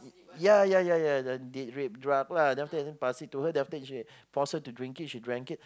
ya ya ya ya the date rape drug lah then after that then pass it to her then after that she forced her to drink it she drank it